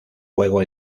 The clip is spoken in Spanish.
juego